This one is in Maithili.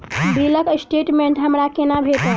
बिलक स्टेटमेंट हमरा केना भेटत?